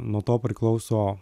nuo to priklauso